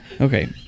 Okay